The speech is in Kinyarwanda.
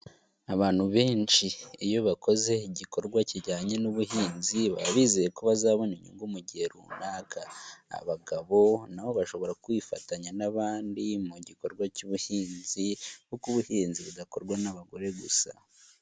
Abantu benshi iyo bakoze igikorwa kijyanye n'ubuhinzi baba bizeye ko bazabona inyungu mu gihe runaka, abagabo nabo bashobora kwifatanya n'abandi mu gikorwa cy'ubuhinzi kuko ubuhinzi budakorwa n'abagore gusa.